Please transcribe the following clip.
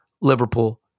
Liverpool